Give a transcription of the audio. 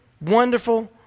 wonderful